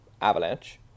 Avalanche